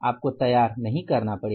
आपको तैयार नही करना पड़ेगा